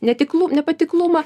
netiklų nepatiklumą